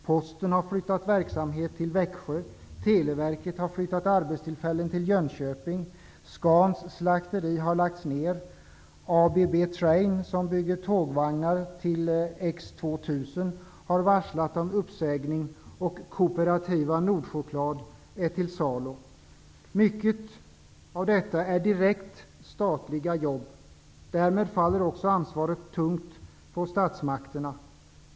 Posten har flyttat verksamhet till Växjö, Televerket har flyttat arbetstillfällen till Jönköping, Scans slakteri har lagts ner, ABB Train, som bygger tågvagnar till X 2000, har varslat om uppsägning och kooperativa Nordchoklad är till salu. Mycket av detta är direkt statliga jobb. Därmed faller också ansvaret tungt på statsmakterna.